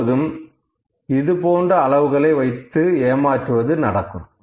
எப்போதும் இது போன்று அளவுகளை வைத்து ஏமாற்றுவது நடக்கும்